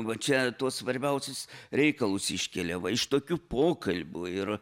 va čia tuos svarbiausius reikalus iškelia va iš tokių pokalbių ir